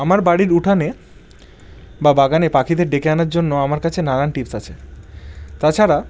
আমার বাড়ির উঠানে বা বাগানে পাখিদের ডেকে আনার জন্য আমার কাছে নানান টিপস আছে তাছাড়া